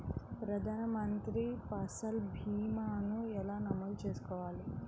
ప్రధాన మంత్రి పసల్ భీమాను ఎలా నమోదు చేసుకోవాలి?